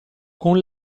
con